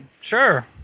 sure